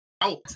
out